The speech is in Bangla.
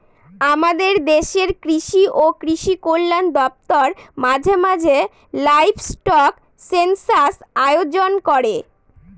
আমাদের দেশের কৃষি ও কৃষি কল্যাণ দপ্তর মাঝে মাঝে লাইভস্টক সেনসাস আয়োজন করে